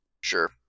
Sure